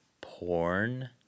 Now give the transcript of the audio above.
Porn